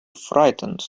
frightened